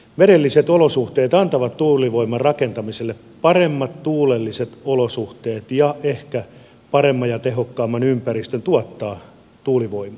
merelliset olosuhteet antavat tuulivoiman rakentamiselle paremmat tuulelliset olosuhteet ja ehkä paremman ja tehokkaamman ympäristön tuottaa tuulivoimaa